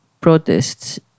protests